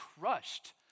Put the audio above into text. crushed